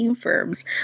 firms